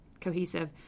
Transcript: cohesive